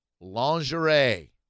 Lingerie